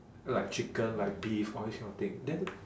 like chicken like beef all this kind of thing then